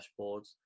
dashboards